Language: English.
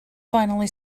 finally